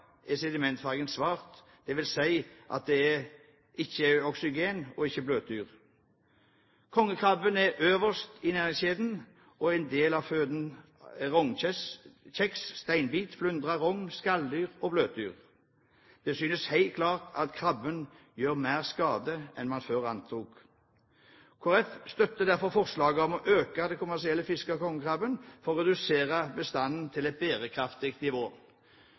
er sedimentfargen svart, dvs. at der er ikke oksygen og ikke bløtdyr. Kongekrabben er øverst i næringskjeden, og en del av føden er rognkjeks, steinbit, flyndre, rogn, skalldyr og bløtdyr. Det synes helt klart at krabben gjør mer skade enn man før antok. Kristelig Folkeparti støtter derfor forslaget om å øke det kommersielle fisket av kongekrabben for å redusere bestanden til et bærekraftig nivå.